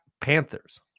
panthers